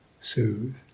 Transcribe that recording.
soothe